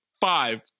five